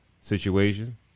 situation